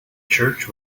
church